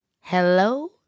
Hello